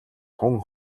тун